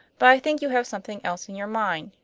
but i think you have something else in your mind.